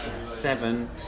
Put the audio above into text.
seven